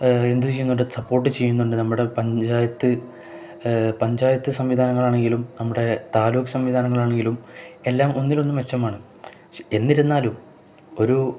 എന്തു ചെയ്യുന്നുണ്ട് സപ്പോർട്ട് ചെയ്യുന്നുണ്ട് നമ്മുടെ പഞ്ചായത്ത് പഞ്ചായത്ത് സംവിധാനങ്ങളാണെങ്കിലും നമ്മുടെ താലൂക്ക് സംവിധാനങ്ങളാണെങ്കിലും എല്ലാം ഒന്നിനൊന്നു മെച്ചമാണ് പക്ഷെ എന്നിരുന്നാലും ഒരു